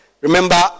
Remember